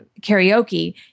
karaoke